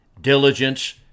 diligence